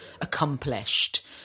accomplished